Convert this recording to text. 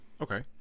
Okay